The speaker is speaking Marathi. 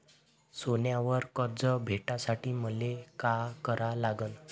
सोन्यावर कर्ज भेटासाठी मले का करा लागन?